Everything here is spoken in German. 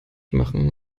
machen